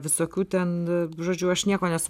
visokių ten žodžiu aš nieko nes